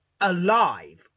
alive